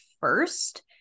first